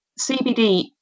CBD